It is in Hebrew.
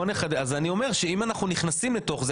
אז אני אומר שאם אנחנו נכנסים לתוך זה,